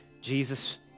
Jesus